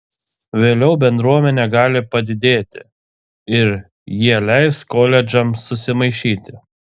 vėliau bendruomenė gali padidėti ir jie leis koledžams susimaišyti